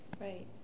Right